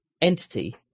entity